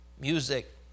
Music